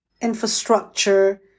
infrastructure